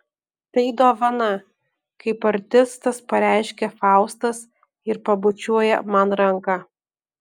tai dovana kaip artistas pareiškia faustas ir pabučiuoja man ranką